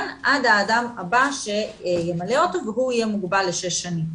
עד האדם הבא שימלא אותו והוא יהיה מוגבל לשש שנים.